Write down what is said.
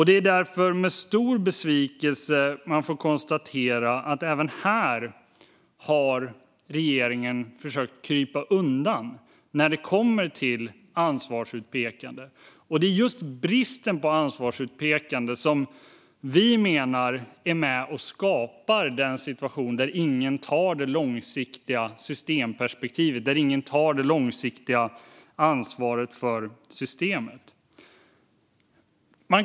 Det är därför med stor besvikelse man får konstatera att regeringen även här har försökt krypa undan beträffande ansvarsutpekandet. Just bristen på ansvarsutpekande menar vi är med och skapar den situation där ingen har det långsiktiga systemperspektivet och där ingen tar det långsiktiga ansvaret för systemet.